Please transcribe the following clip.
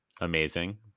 Amazing